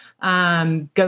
Go